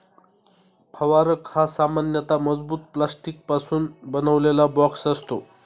फवारक हा सामान्यतः मजबूत प्लास्टिकपासून बनवलेला बॉक्स असतो